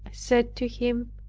said to him,